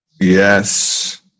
Yes